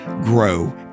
grow